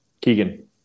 Keegan